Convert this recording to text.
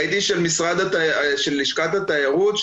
ראיתי של לשכת התיירות,